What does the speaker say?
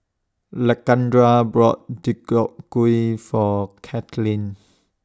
Lakendra bought Deodeok Gui For Cailyn